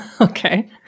Okay